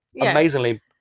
amazingly